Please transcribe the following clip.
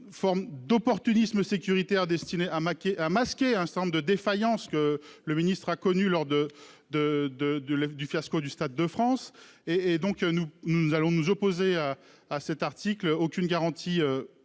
forme d'opportunisme sécuritaire destinée à marquer à masquer un certain nombre de défaillances, que le ministre a connu lors de de de de du fiasco du Stade de France. Et et donc nous, nous allons nous opposer à à cet article aucune garantie